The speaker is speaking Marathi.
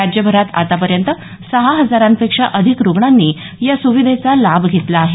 राज्यभरात आतापर्यंत सहा हजारापेक्षा अधिक रुग्णांनी या सुविधेचा लाभ घेतला आहे